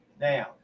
Now